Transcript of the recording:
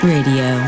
Radio